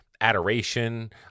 adoration